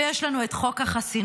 ויש לנו את חוק החסינות,